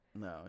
no